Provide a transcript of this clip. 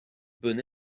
bon